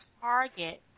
target